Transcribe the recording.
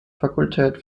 fakultät